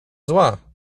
zła